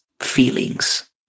feelings